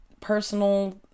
personal